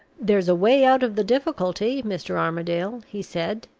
there's a way out of the difficulty, mr. armadale, he said.